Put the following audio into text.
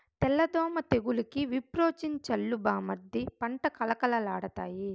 తెల్ల దోమ తెగులుకి విప్రోజిన్ చల్లు బామ్మర్ది పంట కళకళలాడతాయి